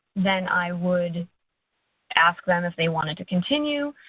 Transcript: then i would ask them if they wanted to continue.